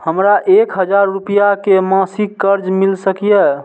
हमरा एक हजार रुपया के मासिक कर्ज मिल सकिय?